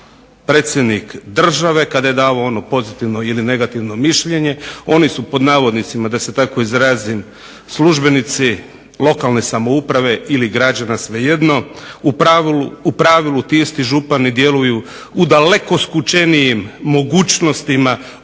predsjednik države kada je davao ono pozitivno ili negativno mišljenje. Oni su pod navodnicima da se tako izrazim službenici lokalne samouprave ili građana svejedno. U pravilu ti isti župani djeluju u daleko skučenijim mogućnostima od velike